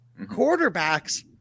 quarterbacks